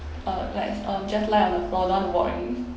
uh like uh just lie on the floor don't want to walk already